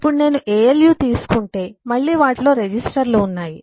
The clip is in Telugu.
ఇప్పుడు నేను ALU తీసుకుంటే మళ్ళీ వాటిలో రిజిస్టర్లు ఉన్నాయి